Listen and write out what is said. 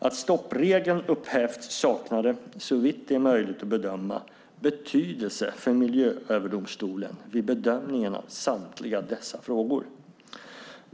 Att stoppregeln upphävts saknade, såvitt det är möjligt att bedöma, betydelse för Miljööverdomstolen vid bedömningen av samtliga dessa frågor.